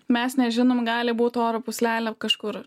mes nežinom gali būti oro pūslelė kažkur